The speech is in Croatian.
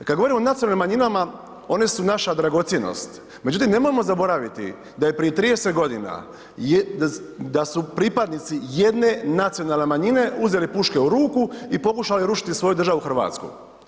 Kad govorimo o nacionalnim manjinama, one su naša dragocjenost, međutim, nemojmo zaboraviti da je prije 30 godina, da su pripadnici jedne nacionalne manjine uzeli puške u ruku i pokušale rušiti svoju državu Hrvatsku.